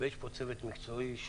ויש פה צוות מקצועי,